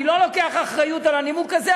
אני לא לוקח אחריות לנימוק הזה,